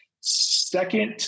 second